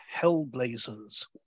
Hellblazers